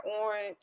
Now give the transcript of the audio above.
orange